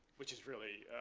which is really